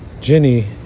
Jenny